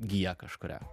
giją kažkurią